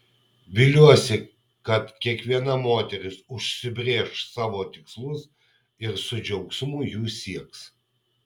viliuosi kad kiekviena moteris užsibrėš savo tikslus ir su džiaugsmu jų sieks